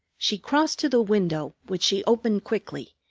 she crossed to the window, which she opened quickly,